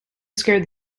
scared